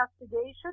Investigation